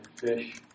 fish